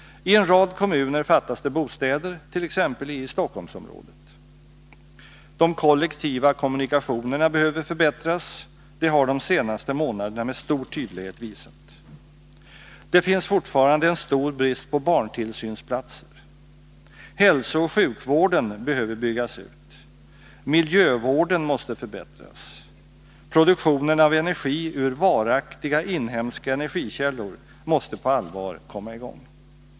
I en rad kommuner fattas det bostäder, t.ex. i Stockholmsområdet. De kollektiva kommunikationerna behöver förbättras — det har de senaste månaderna med stor tydlighet visat. Det finns fortfarande en stor brist på barntillsynsplatser. Hälsooch sjukvården behöver byggas ut. Miljövården måste förbättras. Produktionen av energi ur varaktiga inhemska energikällor måste på allvar komma i gång.